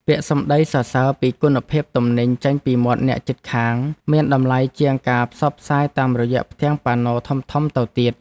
ពាក្យសម្ដីសរសើរពីគុណភាពទំនិញចេញពីមាត់អ្នកជិតខាងមានតម្លៃជាងការផ្សព្វផ្សាយតាមរយៈផ្ទាំងប៉ាណូធំៗទៅទៀត។